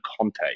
Conte